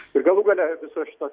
ir galų gale viso šito